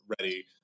ready